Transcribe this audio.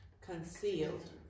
Concealed